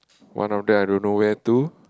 one of them I don't know where to